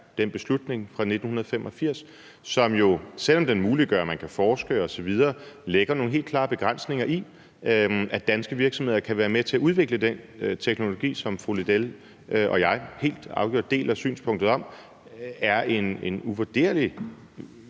den beslutning fra 1985, som, selv om den muliggør, at man kan forske osv., lægger nogle helt klare begrænsninger ind for, at danske virksomheder kan være med til at udvikle den teknologi, som fru Linea Søgaard-Lidell og jeg helt afgjort deler synspunktet om er et uvurderligt